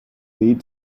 need